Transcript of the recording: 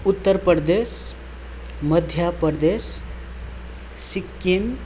Uttar Pradesh Madhya Pradesh Sikkim